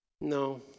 no